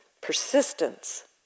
persistence